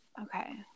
okay